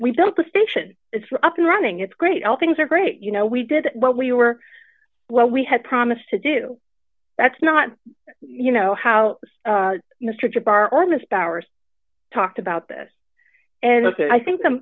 we built the station it's up and running it's great all things are great you know we did what we were what we had promised to do that's not you know how mr jabbar or miss powers talked about this and i think the